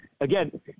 Again